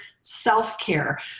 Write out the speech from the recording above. self-care